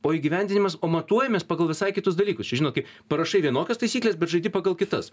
o įgyvendinimas o matuojamės pagal visai kitus dalykus čia žinot kai parašai vienokias taisykles bet žaidi pagal kitas